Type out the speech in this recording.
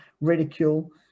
ridicule